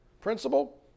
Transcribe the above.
principle